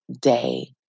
day